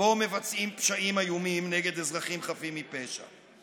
שבו מבצעים פשעים איומים נגד אזרחים חפים מפשע.